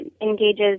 engages